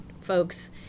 folks